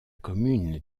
commune